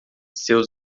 seus